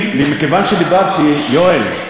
יואל,